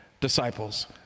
disciples